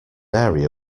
area